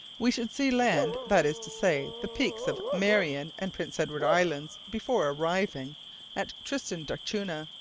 we should see land, that is to say the peaks of marion and prince edward islands, before arriving at tristan d'acunha,